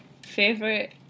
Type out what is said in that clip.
Favorite